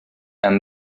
and